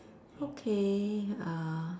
okay uh